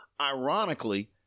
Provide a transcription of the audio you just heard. Ironically